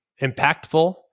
impactful